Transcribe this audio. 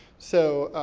so,